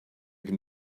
can